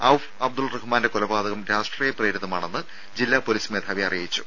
ഔഫ് അബ്ദുൾ റഹ്മാന്റെ കൊലപാതകം രാഷ്ട്രീയ പ്രേരിതമാണെന്ന് ജില്ലാ പൊലീസ് മേധാവി അറിയിച്ചു